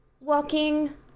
walking